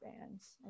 bands